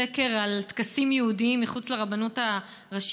סקר על טקסים יהודיים מחוץ לרבנות הראשית.